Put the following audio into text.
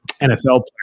NFL